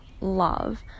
love